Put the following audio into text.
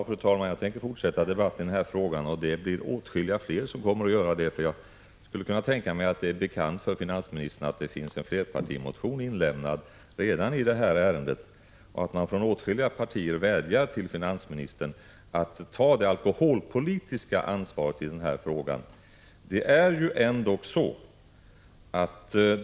Fru talman! Ja, jag tänker fortsätta debatten i denna fråga, och det kommer åtskilligt fler att göra. Det är bekant för finansministern att det framlagts en flerpartimotion i detta ärende. Från åtskilliga partier vädjar man till finansministern att ta det alkoholpolitiska ansvaret i denna fråga.